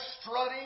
strutting